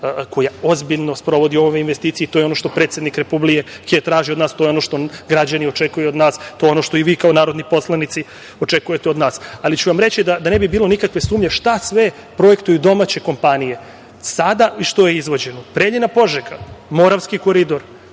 koja ozbiljno sprovodi ovu investiciju i to je ono što predsednik Republike Srbije traži od nas, to je ono što građani očekuju od nas, to je ono što i vi, kao narodni poslanici, očekujete od nas. Reći ću vam, da ne bi bilo nikakve sumnje, šta sve projektuju domaće kompanije sada i što je izvođeno: Preljina - Požega, Moravski koridor,